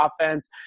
offense